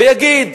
ויגיד: